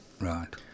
Right